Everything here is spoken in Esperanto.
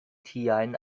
tiajn